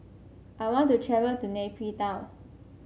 I want to travel to Nay Pyi Taw